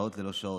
שעות לא שעות.